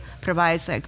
provides